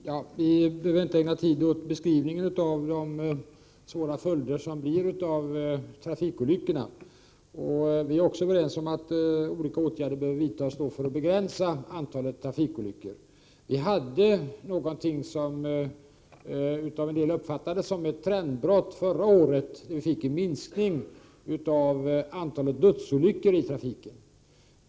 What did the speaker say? Herr talman! Vi behöver inte ägna tid åt att beskriva de svåra följderna av 19 januari 1989 trafikolyckorna. Vi är också överens om att olika åtgärder behöver vidtas för att begränsa antalet trafikolyckor. Förra året hade vi något som av en del uppfattades som ett trendbrott, då vi fick en minskning av antalet dödsolyckori trafiken.